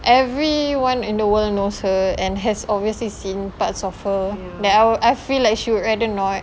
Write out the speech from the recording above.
everyone in the world knows her and has obviously seen parts of her that I'll I feel like she would rather not